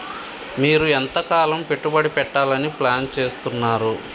మీరు ఎంతకాలం పెట్టుబడి పెట్టాలని ప్లాన్ చేస్తున్నారు?